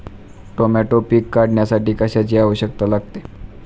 Tomato पीक काढण्यासाठी कशाची आवश्यकता लागते?